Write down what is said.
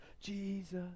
jesus